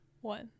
One